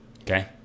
Okay